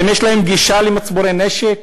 האם יש להם גישה למצבורי נשק?